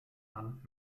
land